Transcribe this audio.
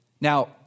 Now